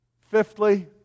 Fifthly